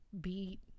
Beat